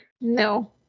No